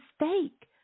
mistake